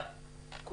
בסדר.